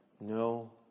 No